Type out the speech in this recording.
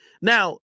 Now